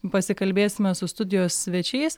pasikalbėsime su studijos svečiais